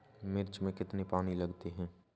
मिर्च में कितने पानी लगते हैं?